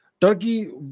Turkey